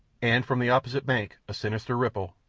and from the opposite bank a sinister ripple,